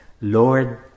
Lord